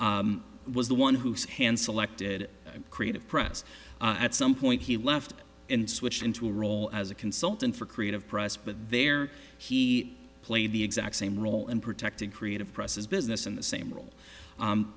was the one whose hand selected creative press at some point he left and switched into a role as a consultant for creative press but there he played the exact same role and protecting creative process business in the same role